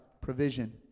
provision